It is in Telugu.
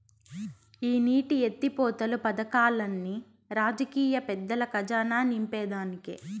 ఈ నీటి ఎత్తిపోతలు పదకాల్లన్ని రాజకీయ పెద్దల కజానా నింపేదానికే